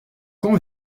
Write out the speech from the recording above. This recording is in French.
quand